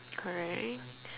correct